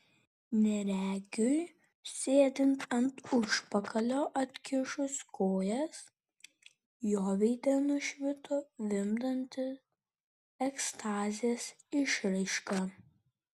neregiui sėdint ant užpakalio atkišus kojas jo veide nušvito vimdanti ekstazės išraiška